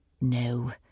No